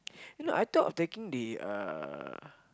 you know I thought of taking the uh